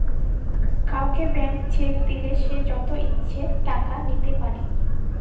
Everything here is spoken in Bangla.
কাউকে ব্ল্যান্ক চেক দিলে সে যত ইচ্ছা টাকা লিতে পারে